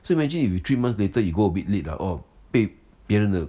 so imagine if you three months later you go a bit late or or 被别人的